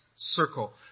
Circle